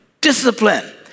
discipline